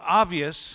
obvious